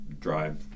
drive